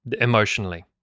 emotionally